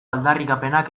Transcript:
aldarrikapenak